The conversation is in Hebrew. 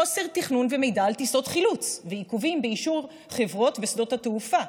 חוסר תכנון ומידע על טיסות חילוץ ועיכובים באישור חברות ושדות התעופה,